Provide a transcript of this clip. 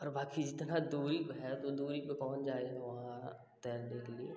और बाकी जितना दूरी है तो दूरी पे पहुँच जाएँगे वहाँ तैरने के लिए